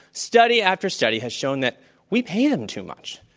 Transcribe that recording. study after study has shown that we pay them too much.